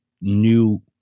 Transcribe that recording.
new